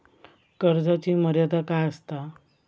कर्जाची मर्यादा काय असता?